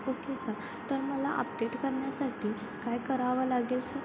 okay sir तर मला update करण्यासाठी काय करावं लागेल सर